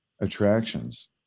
attractions